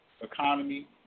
Economy